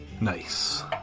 Nice